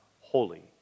holy